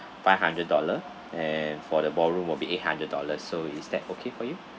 five hundred dollar and for the ballroom will be eight hundred dollars so is that okay for you